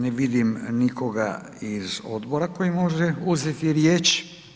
Ne vidim nikoga iz odbora tko može uzeti riječ.